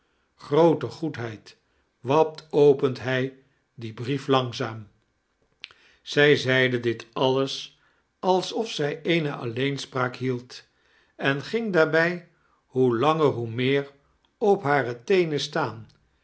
gtnoote goedheid wat open hij dien brief langzaam zij zeide dit alles alsof zij eene alleemspraak hiield en ging daarbij hoe langeir hoe meer op hare teeinein staan